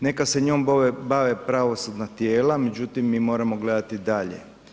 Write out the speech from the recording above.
Neka se njom bave pravosudna tijela, međutim mi moramo gledati dalje.